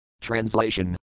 Translation